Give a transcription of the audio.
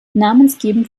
namensgebend